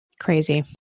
Crazy